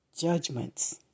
judgments